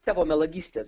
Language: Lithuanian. tavo melagystės